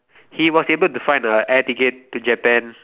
he was able to find a air ticket to Japan